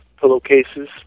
pillowcases